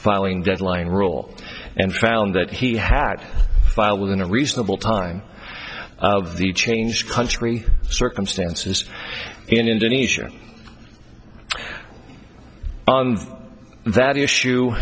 filing deadline rule and found that he had filed within a reasonable time of the change country circumstances in indonesia that issue